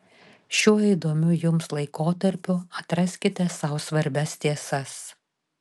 šiuo įdomiu jums laikotarpiu atraskite sau svarbias tiesas